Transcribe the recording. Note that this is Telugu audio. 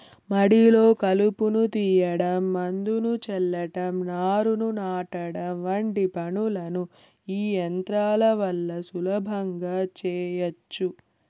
మడిలో కలుపును తీయడం, మందును చల్లటం, నారును నాటడం వంటి పనులను ఈ యంత్రాల వల్ల సులభంగా చేయచ్చు